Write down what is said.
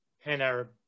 Pan-Arab